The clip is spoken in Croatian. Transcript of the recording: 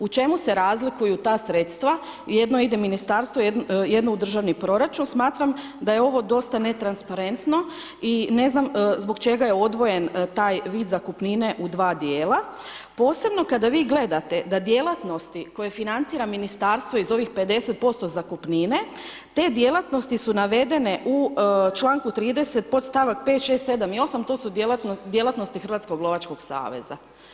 U čemu se razlikuju ta sredstva, jedno ide ministarstvu, jedno u državni proračun, smatram da je ovo dosta netransparentno i ne znam zbog čega je odvojen taj vid zakupnine u dva djela posebno kada vi gledate da djelatnosti koje financira ministarstvo iz ovih 50% zakupnine, t djelatnosti su navedene u članku 30. podstavak 5., 6., 7. i 8., to su djelatnosti Hrvatskog lovačkog saveza.